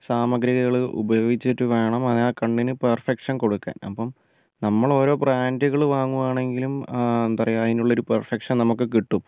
സാമഗ്രികൾ ഉപയോഗിച്ചിട്ട് വേണം ആ കണ്ണിന് പെർഫെക്ഷൻ കൊടുക്കാൻ അപ്പം നമ്മൾ ഓരോ ബ്രാൻഡുകൾ വാങ്ങുവാണെങ്കിലും എന്താണ് പറയുക അതിനുള്ളൊരു പെർഫെക്ഷൻ നമുക്ക് കിട്ടും